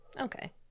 okay